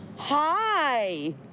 Hi